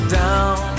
down